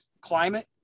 climate